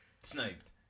Sniped